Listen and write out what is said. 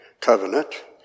covenant